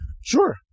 sure